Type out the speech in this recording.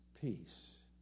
peace